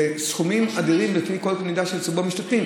אלו סכומים אדירים לפי כל קנה מידה של ציבור המשתתפים.